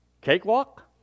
cakewalk